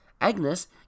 Agnes